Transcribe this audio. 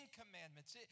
commandments